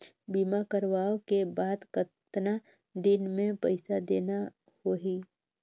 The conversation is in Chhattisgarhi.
बीमा करवाओ के बाद कतना दिन मे पइसा देना हो ही?